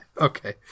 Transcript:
Okay